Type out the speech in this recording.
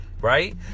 right